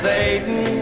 Satan